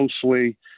closely